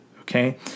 okay